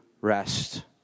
rest